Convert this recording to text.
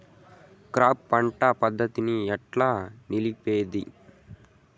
Crop పంట పద్ధతిని ఎట్లా నిలిపేది?